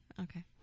Okay